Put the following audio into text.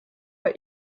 bei